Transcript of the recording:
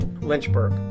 Lynchburg